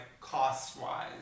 cost-wise